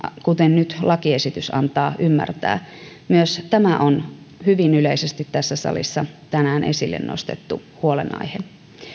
kuten nyt lakiesitys antaa ymmärtää myös tämä on hyvin yleisesti tässä salissa tänään esille nostettu huolenaihe